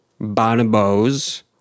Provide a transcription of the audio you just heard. Bonobos